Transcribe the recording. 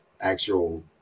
actual